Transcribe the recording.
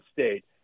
State